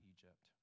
Egypt